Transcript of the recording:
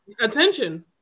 attention